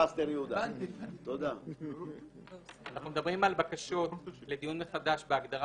אנחנו מדברים על בקשות לדיון מחדש בהגדרה